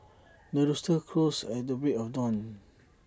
the rooster crows at the break of dawn